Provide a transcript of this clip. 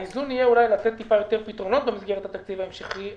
האיזון יהיה לתת אולי יותר פתרונות במסגרת התקציב ההמשכי,